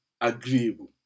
agreeable